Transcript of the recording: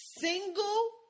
single